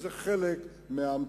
זה חלק מההמתנה.